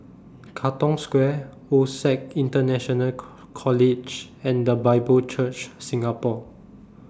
Katong Square OSAC International College and The Bible Church Singapore